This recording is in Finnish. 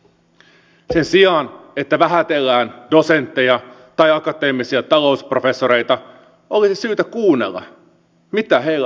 sen sijaan että vähätellään dosentteja tai akateemisia talousprofessoreita olisi syytä kuunnella mitä heillä on sanottavanaan